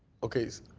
okay.